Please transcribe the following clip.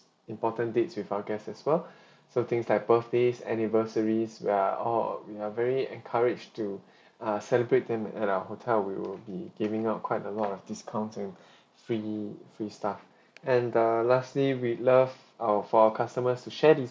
important dates with our guests as well so things like birthdays anniversaries we're all we are very encouraged to uh celebrate them at our hotel we will be giving out quite a lot of discounts and free free stuff and err lastly we love our for our customers to share this